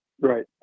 Right